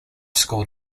school